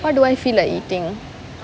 why do I feel like eating